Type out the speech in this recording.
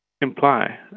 imply